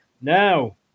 Now